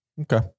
Okay